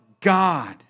God